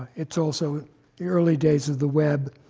it's also the early days of the web,